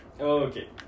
Okay